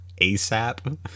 ASAP